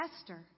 Esther